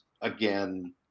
again